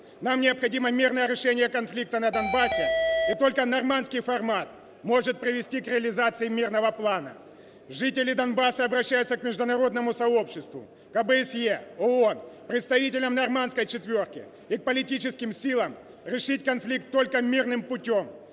Нам необходимо мирное решение конфликта на Донбассе. И только "нормандский формат" может привести к реализации мирного плана. Жители Донбасса обращаются к международному сообществу, к ОБСЕ, ООН, представителям "нормандской четверки" и к политическим силам решить конфликт только мирным путем.